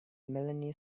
melanie